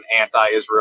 anti-Israel